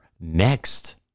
next